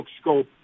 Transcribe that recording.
Scope